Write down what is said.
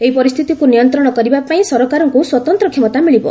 ଏହି ପରିସ୍ଥିତିକୁ ନିୟନ୍ତ୍ରଣ କରିବାପାଇଁ ସରକାରଙ୍କୁ ସ୍ୱତନ୍ତ୍ର କ୍ଷମତା ମିଳିବ